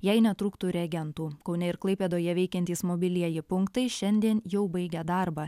jei netrūktų reagentų kaune ir klaipėdoje veikiantys mobilieji punktai šiandien jau baigia darbą